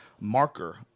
marker